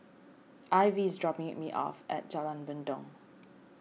Ivie is dropping me off at Jalan Mendong